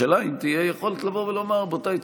השאלה היא אם תהיה יכולת לומר: רבותיי,